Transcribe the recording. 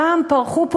פעם פרחו פה